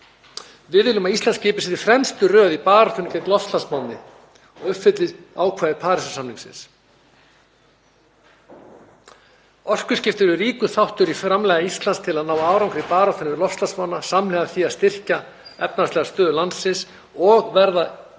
Við viljum að Ísland skipi sér í fremstu röð í baráttunni gegn loftslagsvánni og uppfylli ákvæði Parísarsamningsins. […] Orkuskipti eru ríkur þáttur í framlagi Íslands til að ná árangri í baráttunni við loftslagsvána samhliða því að styrkja efnahagslega stöðu landsins og verða í